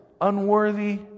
Unworthy